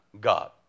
God